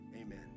Amen